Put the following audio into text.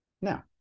now